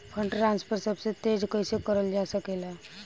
Fund transfer सबसे तेज कइसे करल जा सकेला?